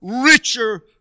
richer